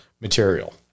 material